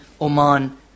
Oman